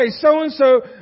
so-and-so